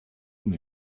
mir